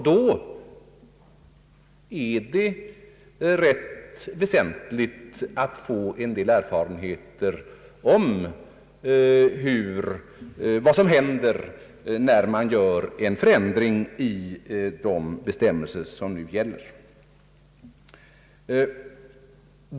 Då är det rätt väsentligt att vinna en del erfarenheter, innan man ändrar gällande bestämmelser.